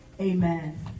Amen